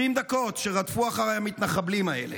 20 דקות רדפו אחריי המתנחבלים האלה,